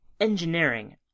engineering